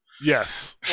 Yes